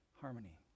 harmony